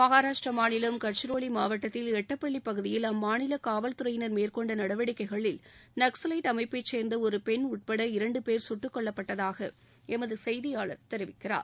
மகாராஷ்டிர மாநிலம் கச்சிரோலி மாவட்டத்தில் எட்டப்பள்ளி பகுதியில் அம்மாநில காவல்துறையினர் மேற்கொண்ட நடவடிக்கைகளில் நக்சவைட் அமைப்பை சேர்ந்த ஒரு பெண் உட்பட இரண்டு பேர் சுட்டுக் கொல்லப்பட்டதாக எமது செய்தியாளர் தெரிவிக்கிறார்